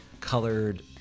colored